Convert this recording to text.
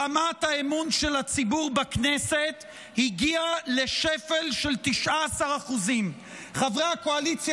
רמת האמון של הציבור בכנסת הגיעה לשפל של 19%. חברי הקואליציה